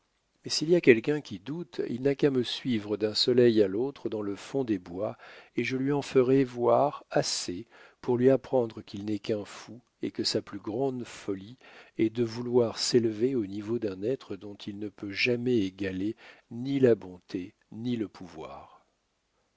mais s'il y a quelqu'un qui doute il n'a qu'à me suivre d'un soleil à l'autre dans le fond des bois et je lui en ferai voir assez pour lui apprendre qu'il n'est qu'un fou et que sa plus grande folie est de vouloir s'élever au niveau d'un être dont il ne peut jamais égaler ni la bonté ni le pouvoir